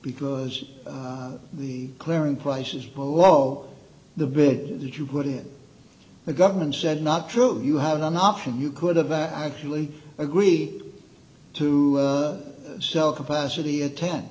because the clearing places below the bill that you put in the government said not true you have an option you could have actually agreed to sell capacity at ten